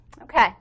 Okay